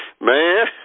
Man